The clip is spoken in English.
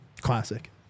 Classic